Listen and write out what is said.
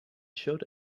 showed